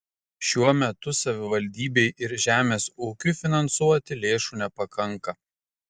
šiuo metu savivaldybei ir žemės ūkiui finansuoti lėšų nepakanka